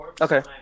Okay